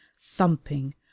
thumping